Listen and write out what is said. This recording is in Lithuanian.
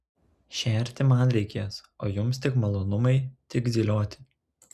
šerti man reikės o jums tik malonumai tik zylioti